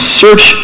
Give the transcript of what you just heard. search